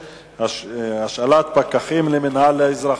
השאלת פקחים למינהל האזרחי.